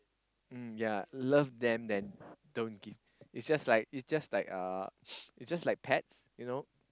mm yeah love them then don't give it's just like it's just like uh it's just like pet you know